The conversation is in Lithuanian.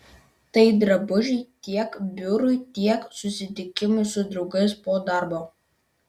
tai drabužiai tiek biurui tiek susitikimui su draugais po darbo